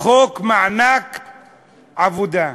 חוק מענק עבודה.